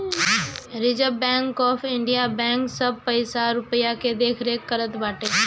reserve Bank of India bank सब पईसा रूपया के देखरेख करत बाटे